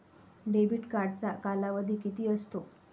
Debit कार्डचा कालावधी किती असतो?